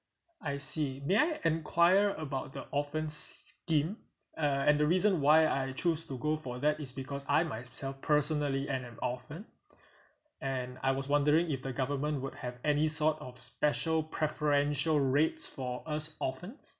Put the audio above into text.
I see may I enquire about the orphans scheme uh and the reason why I choose to go for that is because I myself personally am an orphan and I was wondering if the government would have any sort of special preferential rate for us orphans